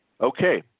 Okay